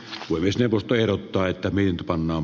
humisevasta ehdottaa että niin pannaan